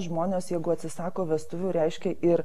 žmonės jeigu atsisako vestuvių reiškia ir